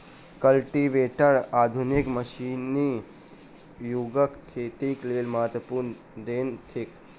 cultivator आधुनिक मशीनी युगक खेतीक लेल महत्वपूर्ण देन थिक